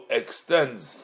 extends